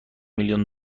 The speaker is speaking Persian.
میلیون